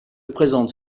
présente